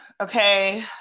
okay